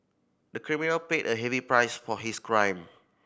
the criminal paid a heavy price for his crime